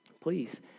please